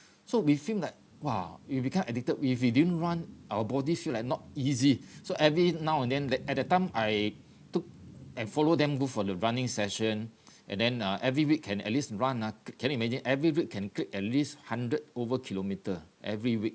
so we feel that !wah! we become addicted if we didn't run our bodies feel like not easy so every now and then that at the time I took and follow them go for the running session and then uh every week can at least run ah can you imagine every week can create at least hundred over kilometre every week